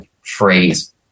phrase